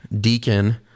deacon